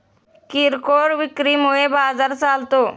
किरकोळ विक्री मुळे बाजार चालतो